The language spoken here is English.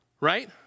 right